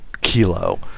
kilo